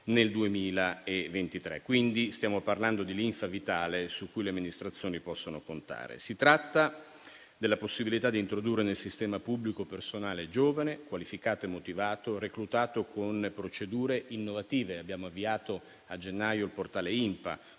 nel 2023, quindi stiamo parlando di linfa vitale su cui le amministrazioni possono contare. Si tratta della possibilità di introdurre nel sistema pubblico personale giovane, qualificato e motivato, reclutato con procedure innovative. Abbiamo avviato a gennaio il portale InPA,